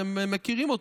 אתם מכירים אותו,